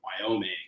Wyoming